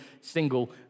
single